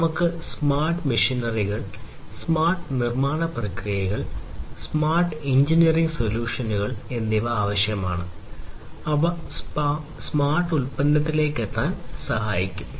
നമുക്ക് സ്മാർട്ട് മെഷിനറികൾ എന്നിവ ആവശ്യമാണ് ഇവ സ്മാർട്ട് ഉൽപ്പന്നത്തിലേക്ക് എത്താൻ സഹായിക്കും